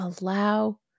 allow